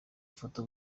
ifoto